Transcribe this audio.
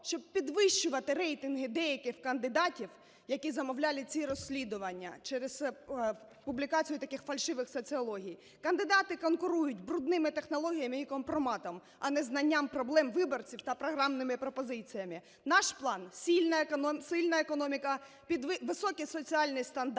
щоб підвищувати рейтинги деяких кандидатів, які замовляли ці розслідування через публікацію таких фальшивих соціологій. Кандидати конкурують брудними технологіями і компроматом, а не знанням проблем виборців та програмними пропозиціями. Наш план: сильна економіка, високі соціальні стандарти,